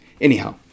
Anyhow